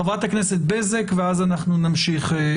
חברת הכנסת בזק, בבקשה.